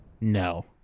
No